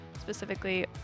specifically